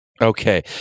Okay